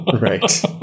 Right